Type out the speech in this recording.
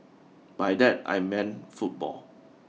by that I mean football